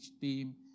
team